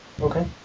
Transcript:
Okay